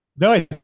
No